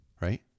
Right